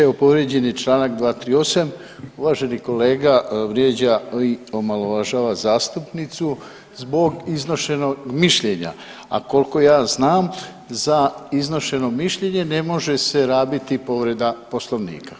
Evo povrijeđen je čl. 238. uvaženi kolega vrijeđa i omalovažava zastupnicu zbog iznošenja mišljenja, a koliko ja znam za iznošeno mišljenje ne može se rabiti povreda poslovnika.